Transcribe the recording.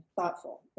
thoughtful